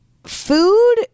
Food